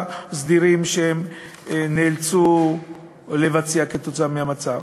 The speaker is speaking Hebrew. סדירים שהם נאלצו לבצע כתוצאה מהמצב.